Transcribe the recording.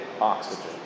oxygen